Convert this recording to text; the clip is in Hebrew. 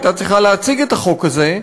שהייתה צריכה להציג את החוק הזה.